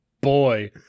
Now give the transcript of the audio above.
boy